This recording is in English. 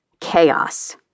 chaos